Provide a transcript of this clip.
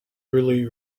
really